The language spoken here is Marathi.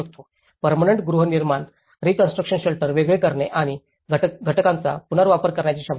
पर्मनंट गृहनिर्माण रीकॉन्स्ट्रुकशन शेल्टर वेगळे करणे आणि घटकांचा पुनर्वापर करण्याची क्षमता